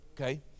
okay